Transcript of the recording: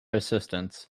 assistants